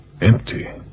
Empty